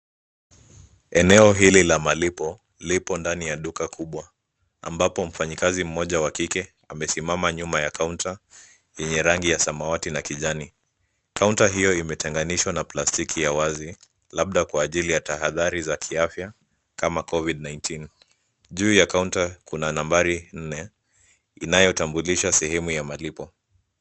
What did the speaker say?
Eneo hili la malipo lipo ndani ya duka kubwa ambapo mfanyikazi mmoja wa kike amesimama nyuma ya kaunta yenye rangi ya samawati na kijani. Kaunta hiyo imetenganishwa na plastiki ya wazi labda kwa ajili ya tahadhari za kiafya kama COVID-19.Juu ya kaunta kuna nambari nne inayotambulisha sehemu ya malipo.